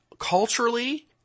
Culturally